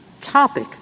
topic